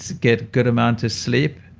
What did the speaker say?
get good amount of sleep,